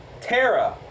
Tara